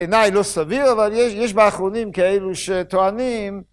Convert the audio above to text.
מעיניי לא סביר, אבל יש באחרונים כאלו שטוענים...